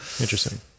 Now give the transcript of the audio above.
interesting